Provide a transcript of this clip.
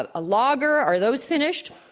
ah a logger are those finished?